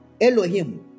Elohim